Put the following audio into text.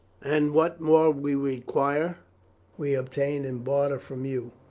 and what more we require we obtain in barter from you.